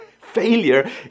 Failure